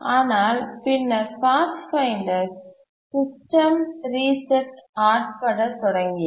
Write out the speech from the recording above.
ஆனால் பின்னர் pathfinder system ரீசெட்களுக்கு ஆட்பட தொடங்கியது